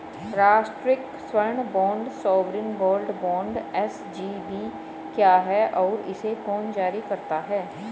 राष्ट्रिक स्वर्ण bond sovereign gold bond SGB क्या है और इसे कौन जारी करता है?